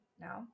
now